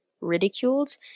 ridiculed